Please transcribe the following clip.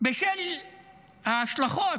בשל ההשלכות